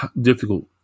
difficult